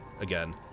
again